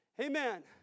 Amen